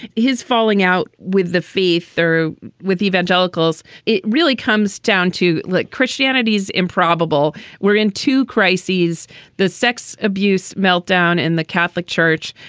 his falling out with the fee through with evangelicals? it really comes down to like christianity's improbable. we're in two crises the sex abuse meltdown in the catholic church,